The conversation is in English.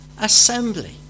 assembly